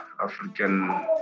African